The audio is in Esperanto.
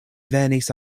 venis